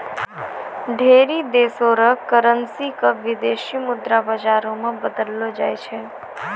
ढेरी देशो र करेन्सी क विदेशी मुद्रा बाजारो मे बदललो जाय छै